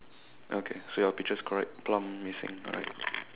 okay so your peaches correct plum missing alright